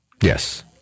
Yes